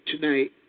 tonight